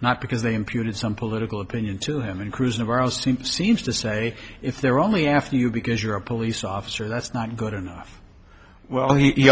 not because they imputed some political opinion to him and cruz navarro seems to say if they're only after you because you're a police officer that's not good enough well he